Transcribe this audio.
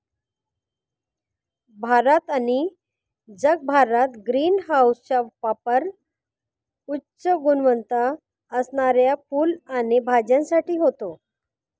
भारत आणि जगभरात ग्रीन हाऊसचा पापर उच्च गुणवत्ता असणाऱ्या फुलं आणि भाज्यांसाठी होतो